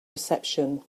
reception